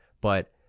But-